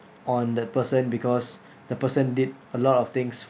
on that person because the person did a lot of things